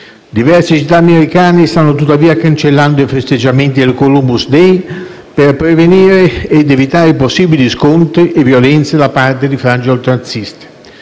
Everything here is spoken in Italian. Diverse città americane stanno tuttavia cancellando i festeggiamenti del Columbus day, per prevenire ed evitare possibili scontri e violenze da parte di frange oltranziste.